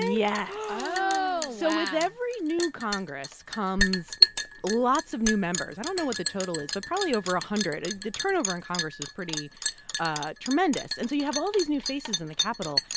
yeah oh, wow so with every new congress comes lots of new members. i don't know what the total is but probably over a hundred. the turnover in congress is pretty ah tremendous. and so you have all these new faces in the capitol,